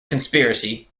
conspiracy